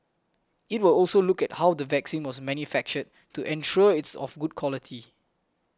it will also look at how the vaccine was manufactured to ensure it's of good quality